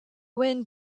wind